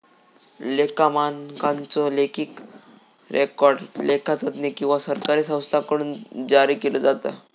लेखा मानकांचो लेखी रेकॉर्ड लेखा तज्ञ किंवा सरकारी संस्थांकडुन जारी केलो जाता